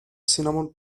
cinnamon